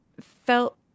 felt